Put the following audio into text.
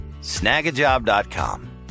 Snagajob.com